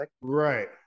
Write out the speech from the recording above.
right